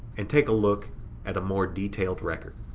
and take a look at a more detailed record.